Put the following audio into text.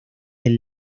del